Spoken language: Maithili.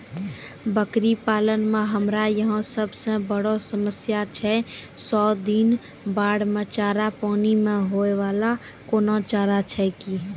बकरी पालन मे हमरा यहाँ सब से बड़ो समस्या छै सौ दिन बाढ़ मे चारा, पानी मे होय वाला कोनो चारा छै कि?